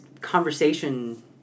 conversation